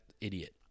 idiot